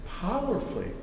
powerfully